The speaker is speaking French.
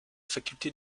faculté